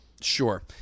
Sure